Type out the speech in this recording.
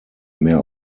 mehr